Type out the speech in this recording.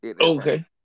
Okay